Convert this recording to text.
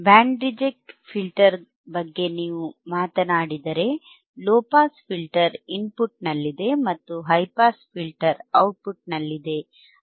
band reject filter ಬಗ್ಗೆ ನೀವು ಮಾತನಾಡಿದರೆಲೊ ಪಾಸ್ ಫಿಲ್ಟರ್ ಇನ್ಪುಟ್ನಲ್ಲಿದೆ ಮತ್ತು ಹೈ ಪಾಸ್ ಫಿಲ್ಟರ್ ಔಟ್ಪುಟ್ ನಲ್ಲಿದೆ